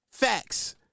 Facts